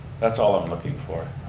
that's all i'm looking for.